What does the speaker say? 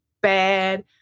bad